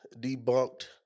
debunked